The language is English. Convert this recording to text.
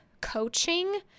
coaching